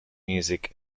music